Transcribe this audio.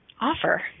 offer